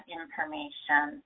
information